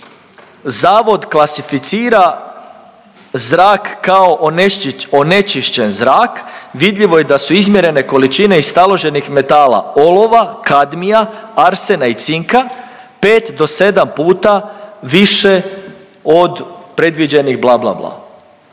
Zavod klasificira zrak kao onečišćen zrak, vidljivo je da su izmjerene količine iz taloženih metala olova, kadmija, arsena i cinka 5 do 7 puta više od predviđenih bla, bla, bla.